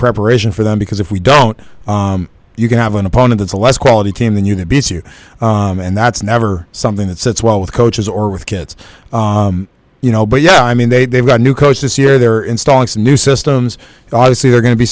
preparation for them because if we don't you can have an opponent that's a less quality team than you could be and that's never something that sits well with coaches or with kids you know but yeah i mean they they've got a new coach this year they're installing some new systems obviously they're going to be